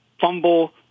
fumble